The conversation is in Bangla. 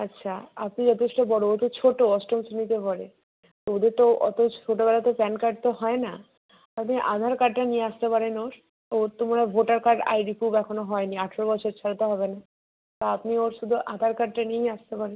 আচ্ছা আপনি যথেষ্ট বড় ও তো ছোটো অষ্টম শ্রেণিতে পড়ে ওদের তো অত ছোটোবেলাতে প্যান কার্ড তো হয় না আপনি আধার কার্ডটা নিয়ে আসতে পারেন ওর ওর তো মনে হয় voter card I D proof এখনও হয়নি আঠেরো বছর ছাড়া হবে না তো আপনি ওর শুধু আধার কার্ডটা নিয়েই আসতে পারেন